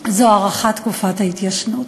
הארכת תקופת ההתיישנות.